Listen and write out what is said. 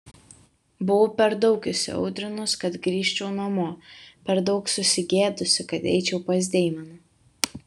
buvau per daug įsiaudrinusi kad grįžčiau namo per daug susigėdusi kad eičiau pas deimeną